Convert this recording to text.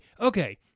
okay